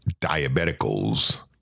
diabeticals